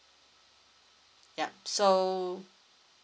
yup so